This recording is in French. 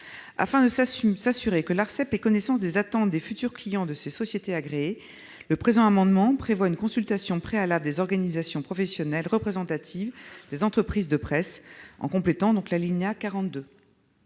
Afin de s'assurer que l'Arcep ait connaissance des attentes des futurs clients de ces sociétés agréées, il convient de prévoir une consultation préalable des organisations professionnelles représentatives des entreprises de presse. Quel est l'avis de